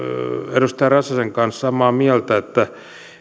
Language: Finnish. edustaja räsäsen kanssa samaa mieltä että